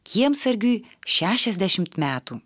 kiemsargiui šešiasdešimt metų